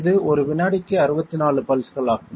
இது ஒரு வினாடிக்கு 64 பல்ஸ்களாகும்